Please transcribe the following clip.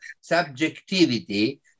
subjectivity